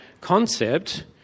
concept